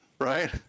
right